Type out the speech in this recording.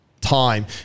time